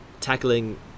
tackling